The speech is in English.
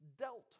dealt